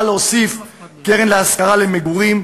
צוות שהוקם על-ידי משרדי הממשלה במטרה לבחון אפיקי מימון